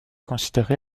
considérée